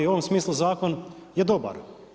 U ovom smislu zakon je dobar.